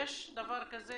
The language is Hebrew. יש דבר כזה?